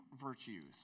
virtues